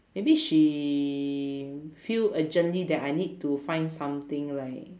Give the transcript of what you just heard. maybe she feel urgently that I need to find something like